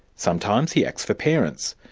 sometimes he acts for parents,